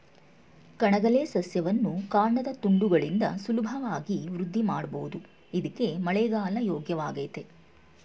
ಕಣಗಿಲೆ ಸಸ್ಯವನ್ನು ಕಾಂಡದ ತುಂಡುಗಳಿಂದ ಸುಲಭವಾಗಿ ವೃದ್ಧಿಮಾಡ್ಬೋದು ಇದ್ಕೇ ಮಳೆಗಾಲ ಯೋಗ್ಯವಾಗಯ್ತೆ